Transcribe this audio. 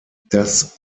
das